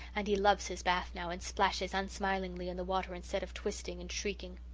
and he loves his bath now and splashes unsmilingly in the water instead of twisting and shrieking.